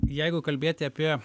jeigu kalbėti apie